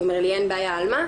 הוא אומר לי, אין בעיה, על מה?